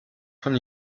von